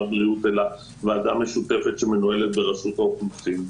הבריאות אלא ועדה משותפת שמנוהלת ברשות האוכלוסין.